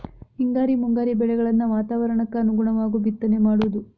ಹಿಂಗಾರಿ ಮುಂಗಾರಿ ಬೆಳೆಗಳನ್ನ ವಾತಾವರಣಕ್ಕ ಅನುಗುಣವಾಗು ಬಿತ್ತನೆ ಮಾಡುದು